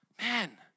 man